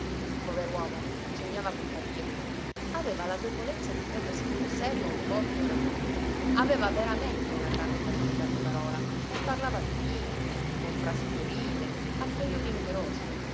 pastoso pover'uomo bisognava compatirlo aveva la debolezza di credersi sul serio un forte oratore aveva veramente una grande facilità di parola e parlava dipinto con frasi fiorite a periodi numerosi